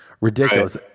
ridiculous